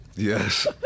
Yes